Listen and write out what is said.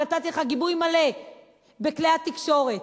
ונתתי לך גיבוי מלא בכלי התקשורת.